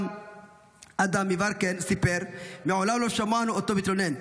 אדם יברקן, סיפר: מעולם לא שמענו אותו מתלונן.